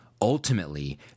Ultimately